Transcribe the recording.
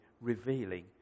revealing